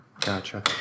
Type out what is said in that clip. gotcha